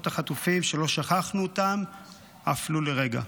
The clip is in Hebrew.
החטופים שלא שכחנו אותם אף לא לרגע.